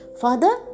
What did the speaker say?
father